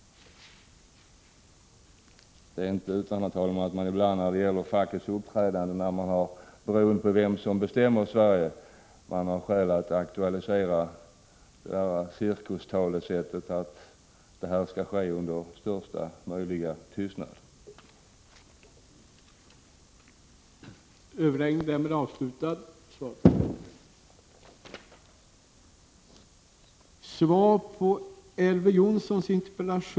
Herr talman! Det är inte utan att man, när det gäller fackets uppträdande beroende på vem som bestämmer i Sverige, finner skäl att aktualisera Prot. 1985/86:103 cirkustalesättet att detta skall ske under största möjliga tystnad.